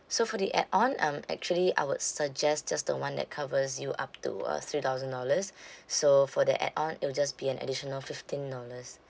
so for the add-on um actually I would suggest just the one that covers you up to uh three thousand dollars so for the add-on it will just be an additional fifteen dollars